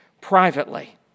privately